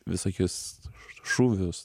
visokius šūvius